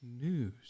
news